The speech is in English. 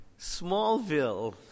Smallville